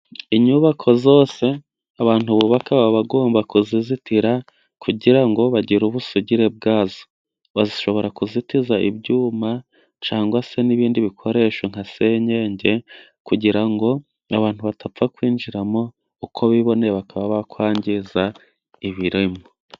Inyubako zose abantu bubaka babagomba kuzizitira, kugira ngo bagire ubusugire bwazo, bashobora kuzitiza ibyuma cyangwa se n'ibindi bikoresho nka senyenge, kugira ngo abantu badapfa kwinjiramo uko biboneye bakaba bakwangiza ibirimo.